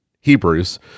Hebrews